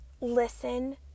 Listen